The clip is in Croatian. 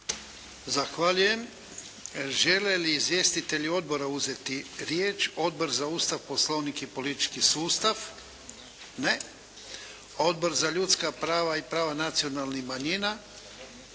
Zahvaljujem. Žele li izvjestitelji odbora uzeti riječ? Odbor za Ustav, Poslovnik i politički sustav? Ne. Odbor za ljudska prava i prava nacionalnih manjina? Ne.